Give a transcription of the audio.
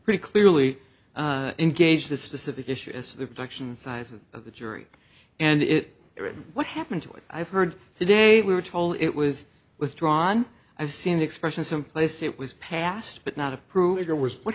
pretty clearly engaged the specific issue is the production size of the jury and it is what happened to it i've heard today we were told it was withdrawn i've seen expressions some place it was passed but not a